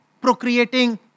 procreating